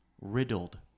riddled